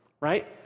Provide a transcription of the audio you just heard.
right